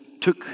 took